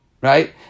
right